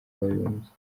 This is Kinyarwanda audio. w’abibumbye